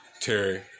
Terry